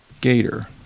gator